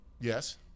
Yes